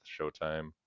Showtime